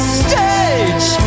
stage